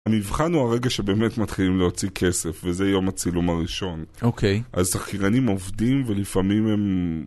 המבחן הוא הרגע שבאמת מתחילים להוציא כסף, וזה יום הצילום הראשון. אוקיי. אז תחקירנים עובדים, ולפעמים הם...